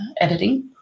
editing